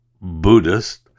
buddhist